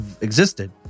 existed